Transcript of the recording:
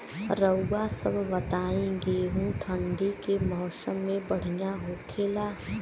रउआ सभ बताई गेहूँ ठंडी के मौसम में बढ़ियां होखेला?